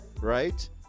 right